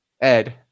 Ed